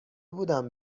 بودم